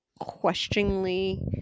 questioningly